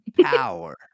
power